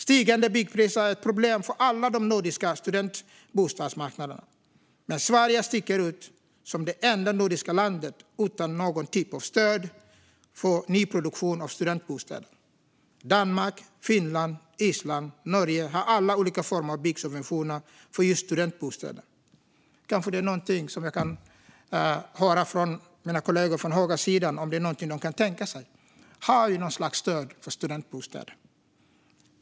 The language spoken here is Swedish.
Stigande byggpriser är ett problem för alla de nordiska studentbostadsmarknaderna, men Sverige sticker ut som det enda nordiska landet utan någon typ av stöd för nyproduktion av studentbostäder. Danmark, Finland, Island och Norge har alla olika former av byggsubventioner för just studentbostäder. Kanske kan jag få höra från mina kollegor på högersidan om detta är något som de kan tänka sig. Har vi något slags stöd för studentbostäder?